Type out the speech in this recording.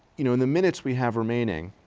you know in the minutes we have remaining,